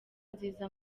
nziza